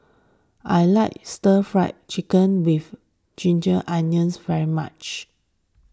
I like Stir Fry Chicken with Ginger Onions very much